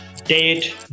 Dead